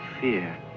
fear